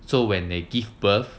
so when they give birth